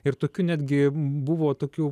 ir tokių netgi buvo tokių